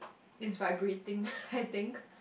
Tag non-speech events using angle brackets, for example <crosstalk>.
is vibrating <laughs> I think